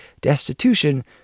destitution